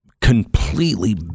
completely